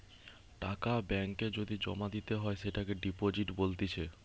টাকা ব্যাঙ্ক এ যদি জমা দিতে হয় সেটোকে ডিপোজিট বলতিছে